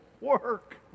work